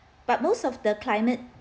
but most of the climate